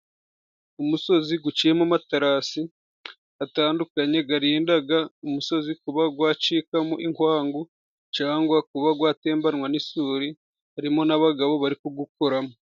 Umusozi guciyemo amaterasi atandukanye, garindaga umusozi kuba gwa wacikamo inkwangu. Cangwa kuba gwa tembanwa n'isuri harimo n'abagabo bari ku gukoramo.